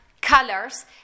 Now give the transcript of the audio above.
colors